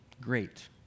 Great